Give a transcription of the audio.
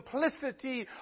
simplicity